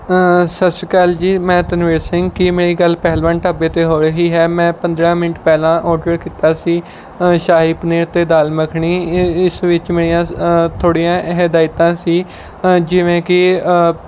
ਸਤਿ ਸ਼੍ਰੀ ਅਕਾਲ ਜੀ ਮੈਂ ਤਨਵੀਰ ਸਿੰਘ ਕੀ ਮੇਰੀ ਗੱਲ ਪਹਿਲਵਾਨ ਢਾਬੇ 'ਤੇ ਹੋ ਰਹੀ ਹੈ ਮੈਂ ਪੰਦਰ੍ਹਾਂ ਮਿੰਟ ਪਹਿਲਾਂ ਔਡਰ ਕੀਤਾ ਸੀ ਸ਼ਾਹੀ ਪਨੀਰ ਅਤੇ ਦਾਲ ਮੱਖਣੀ ਇ ਇਸ ਵਿੱਚ ਮੇਰੀਆਂ ਥੋੜ੍ਹੀਆਂ ਹਿਦਾਇਤਾਂ ਸੀ ਜਿਵੇਂ ਕਿ